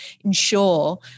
ensure